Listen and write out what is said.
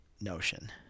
notion